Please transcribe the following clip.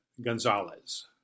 Gonzalez